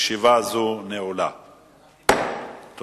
לאחרונה פורסם על קצין שקיבל פנסיה מצה"ל